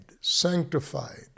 sanctified